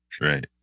Right